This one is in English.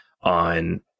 on